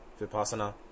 vipassana